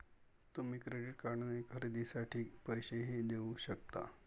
तुम्ही क्रेडिट कार्डने खरेदीसाठी पैसेही देऊ शकता